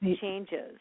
changes